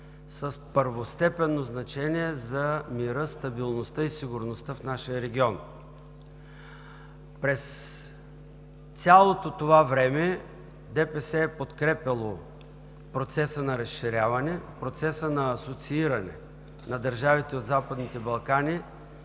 с първостепенно значение за мира, стабилността и сигурността в нашия регион. През цялото това време ДПС е подкрепяло процеса на разширяване, процеса на асоцииране на държавите от Западните Балкани